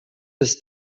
bis